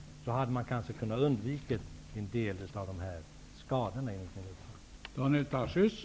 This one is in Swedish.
Då hade man kanske kunnat undvika en del av dessa skadliga företeelser.